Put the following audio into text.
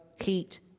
heat